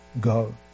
go